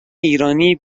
ایرانی